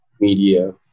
media